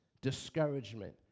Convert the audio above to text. discouragement